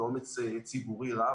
באומץ ציבורי רב,